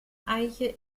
eiche